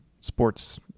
Sports